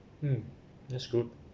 mm that's good